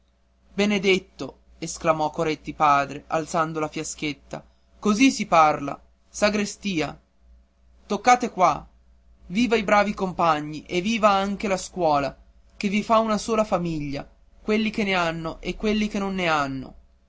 benedetto esclamò coretti padre alzando la fiaschetta così si parla sagrestia toccate qua viva i bravi compagni e viva anche la scuola che vi fa una sola famiglia quelli che ne hanno e quelli che non ne hanno